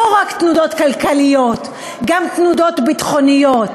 לא רק תנודות כלכליות, גם תנודות ביטחוניות.